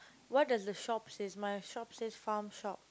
what does the shop says my shop says farm shop